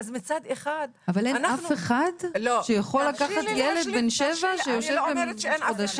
אבל אין אף אחד שיכול לקחת ילד בן ש7 שיושב חודשים?